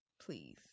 Please